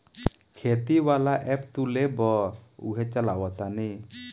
खेती वाला ऐप तू लेबऽ उहे चलावऽ तानी